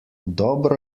dobro